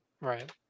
Right